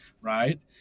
Right